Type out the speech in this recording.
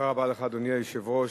אדוני היושב-ראש,